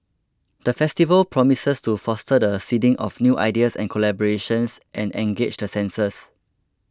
the festival promises to foster the seeding of new ideas and collaborations and engage the senses